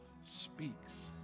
speaks